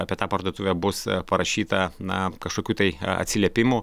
apie tą parduotuvę bus parašyta na kažkokių tai atsiliepimų